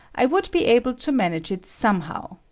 i would be able to manage it somehow.